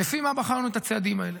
לפי מה בחרנו את הצעדים האלה.